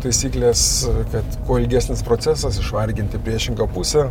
taisykles kad kuo ilgesnis procesas išvarginti priešingą pusę